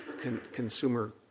consumer